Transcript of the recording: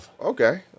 okay